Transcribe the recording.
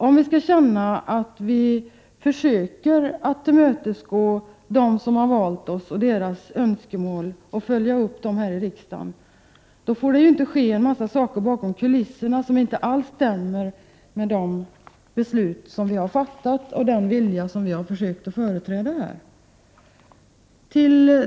Om vi skall ha en möjlighet att känna att vi här i riksdagen följer upp önskemålen från dem som har valt oss, får det inte bakom kulisserna ske en mängd saker som inte alls stämmer med de beslut som vi har fattat och den vilja som vi har försökt att företräda här.